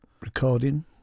recording